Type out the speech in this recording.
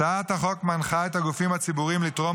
הצעת החוק מנחה את הגופים הציבוריים לתרום